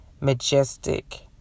majestic